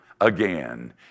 again